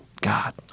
God